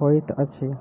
होइत अछि